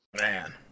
Man